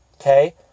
okay